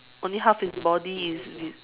only half is body is vi~